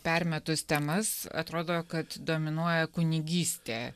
permetus temas atrodo kad dominuoja kunigystė